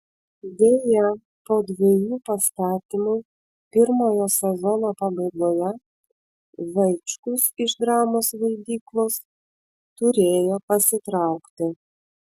deja po dviejų pastatymų pirmojo sezono pabaigoje vaičkus iš dramos vaidyklos turėjo pasitraukti